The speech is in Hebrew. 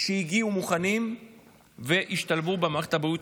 שהגיעו מוכנים והשתלבו במערכת הבריאות